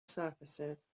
surfaces